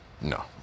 no